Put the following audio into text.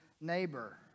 neighbor